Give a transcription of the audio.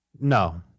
No